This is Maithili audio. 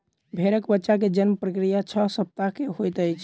भेड़क बच्चा के जन्म प्रक्रिया छह सप्ताह के होइत अछि